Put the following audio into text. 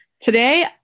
Today